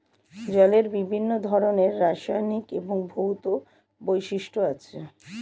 জলের বিভিন্ন ধরনের রাসায়নিক এবং ভৌত বৈশিষ্ট্য আছে